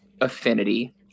affinity